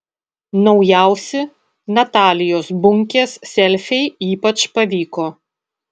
naujausi natalijos bunkės selfiai ypač pavyko